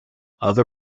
other